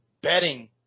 betting